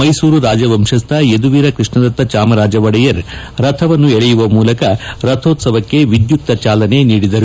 ಮೈಸೂರು ರಾಜವಂಶಸ್ವ ಯದುವೀರ್ ಕೃಷ್ಣದತ್ತ ಚಾಮರಾಜ ಒಡೆಯರ್ ರಥವನ್ನು ಎಳೆಯುವ ಮೂಲಕ ರಥೋತ್ಸವಕ್ಕೆ ವಿದ್ಯುಕ್ತ ಚಾಲನೆ ನೀಡಿದರು